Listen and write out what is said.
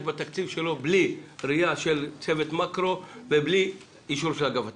בתקציב שלו בלי ראייה של צוות מקרו ובלי אישור של אגף התקציבים.